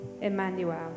Emmanuel